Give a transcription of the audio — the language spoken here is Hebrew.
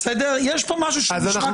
יש פה משהו שנשמע קצת מוזר.